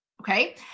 Okay